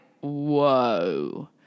whoa